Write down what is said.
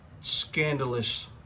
Scandalous